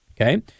Okay